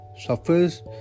suffers